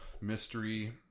mystery